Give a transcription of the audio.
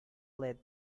let